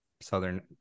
Southern